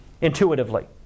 intuitively